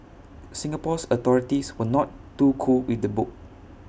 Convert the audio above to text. Singapore's authorities were not too cool with the book